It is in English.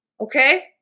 Okay